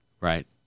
right